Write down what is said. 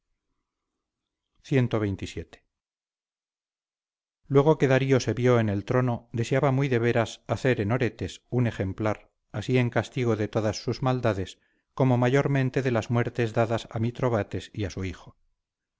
cxxvii luego que darío se vio en el trono deseaba muy de veras hacer en oretes un ejemplar así en castigo de todas sus maldades como mayormente de las muertes dadas a mitrobates y a su hijo